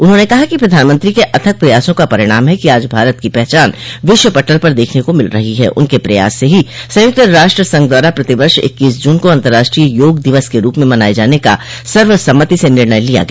उन्होंने कहा कि प्रधानमंत्री के अथक प्रयासों का परिणाम है कि आज भारत की पहचान विश्व पटल पर देखने को मिल रही है उनके प्रयास से ही संयुक्त राष्ट्र संघ द्वारा प्रतिवर्ष इक्कीस जून को अतंर्राष्ट्रीय योग दिवस के रूप में मनाये जाने का सर्वसम्मति से निर्णय लिया गया